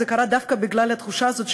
זה קרה דווקא בגלל התחושה הזאת,